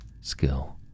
skill